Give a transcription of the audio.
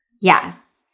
Yes